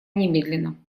немедленно